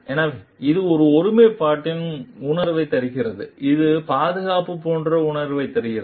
எனவே இது ஒருமைப்பாட்டின் உணர்வைத் தருகிறது இது பாதுகாப்பு போன்ற உணர்வைத் தருகிறது